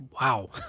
Wow